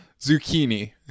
Zucchini